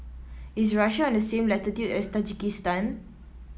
is Russia on the same Latitude as Tajikistan